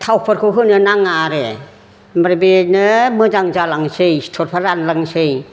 थावफोरखौ होनो नाङा आरो ओमफ्राय बेनो मोजां जालांसै सिथरफ्रा रानलांसै